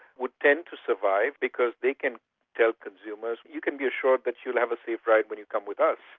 would tend to survive because they can tell consumers, you can be assured that you'll have a safe ride when you come with us.